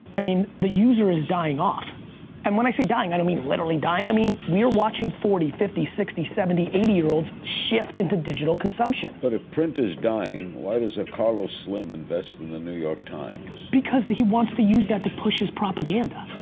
i mean the user is dying off and when i say dying i don't mean literally dying. i mean we are watching forty, fifty, sixty, seventy, eighty year olds shift into digital consumption. but if print is dying, why does a carlos slim invest in the new york times? because he wants to use that to push his propaganda.